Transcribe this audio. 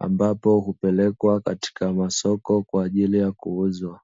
ambapo hupelekwa katika masoko kwa ajili ya kuuzwa.